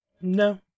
No